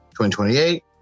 2028